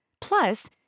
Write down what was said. Plus